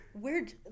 weird